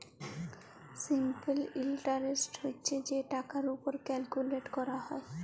simple interest হছে যে টাকার উপর ক্যালকুলেট ক্যরা হ্যয়